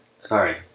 Sorry